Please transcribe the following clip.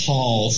Paul